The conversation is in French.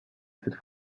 cette